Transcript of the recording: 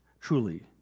truly